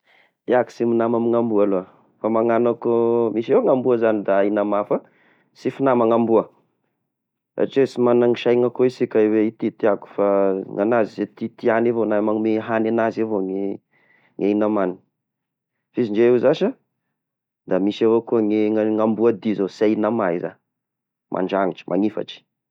Iaho sy mignama amy amboa aloha, fa malalako izy io ny amboa zagny da inama fa ah, sy fignama amboa, satria izy sy magna saigna koa isiaka hoe teteako fa ny agnazy zay tiatiagny avao na magnome hagny agnazy avao ny i namagny, f'izy ndreo zashy da misy ao koa ny amboa dia zao sy haigna ma aiza, mandangitry, manifatry.